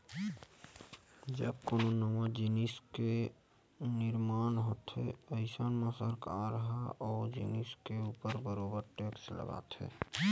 जब कोनो नवा जिनिस के निरमान होथे अइसन म सरकार ह ओ जिनिस के ऊपर बरोबर टेक्स लगाथे